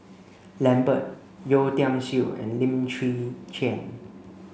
Lambert Yeo Tiam Siew and Lim Chwee Chian